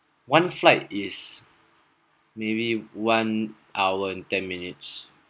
one flight is maybe one hour and ten minutes